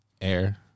Air